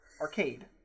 Arcade